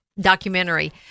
documentary